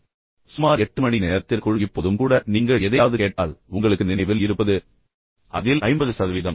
இதன் பொருள் சுமார் 8 மணி நேரத்திற்குள் இப்போதும் கூட நீங்கள் எதையாவது கேட்டால் உங்களுக்கு நினைவில் இருப்பது அதில் அதில் 50 சதவீதம்